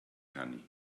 canu